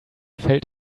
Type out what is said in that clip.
felt